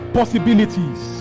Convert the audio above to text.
Possibilities